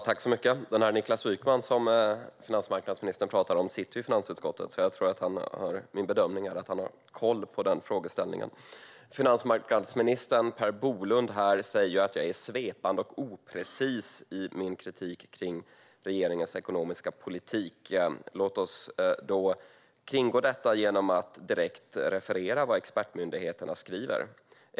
Herr talman! Den Niklas Wykman som finansmarknadsministern talar om sitter i finansutskottet. Min bedömning är att han har koll på den frågeställningen. Finansmarknadsminister Per Bolund säger här att jag är svepande och oprecis i min kritik av regeringens ekonomiska politik. Låt oss kringgå detta genom att direkt referera vad expertmyndigheterna skriver.